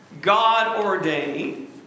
God-ordained